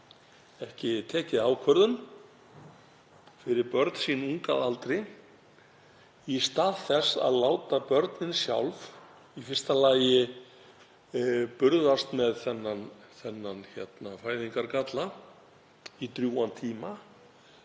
ekki tekið ákvörðun fyrir börn sín ung að aldri í stað þess að láta börnin sjálf í fyrsta lagi burðast með þennan fæðingargalla í drjúgan tíma